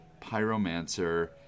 Pyromancer